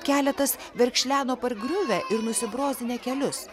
keletas verkšleno pargriuvę ir nusibrozdinę kelius